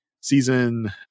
season